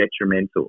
detrimental